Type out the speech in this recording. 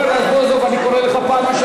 יואל רזבוזוב, אני קורא אותך פעם ראשונה.